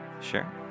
Sure